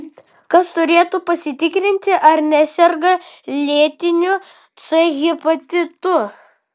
kas turėtų pasitikrinti ar neserga lėtiniu c hepatitu